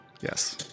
Yes